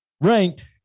ranked